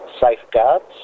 safeguards